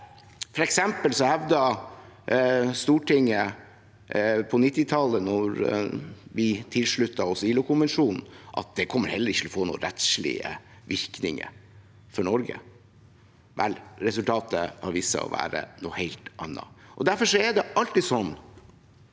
For eksempel hevdet Stortinget da vi tilsluttet oss ILO-konvensjonen på 1990-tallet, at det heller ikke kom til å få noen rettslige virkninger for Norge. Vel, resultatet har vist seg å være noe helt annet. Derfor er det alltid slik